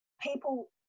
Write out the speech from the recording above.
people